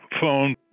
phone